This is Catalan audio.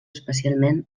especialment